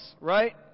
right